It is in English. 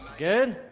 good?